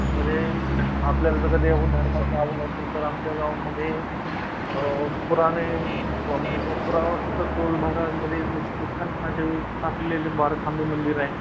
म्हणजे आपल्याला कधी अ धर्माची आवड असेल तर आमच्या गावामध्ये पुराने म्हणजे का पुरातत्त्व भागामध्ये उत्खननाच्या सापलेले बारखांबे मंदिर आहे